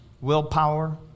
willpower